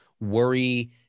worry